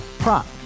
Prop